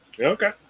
Okay